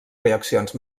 reaccions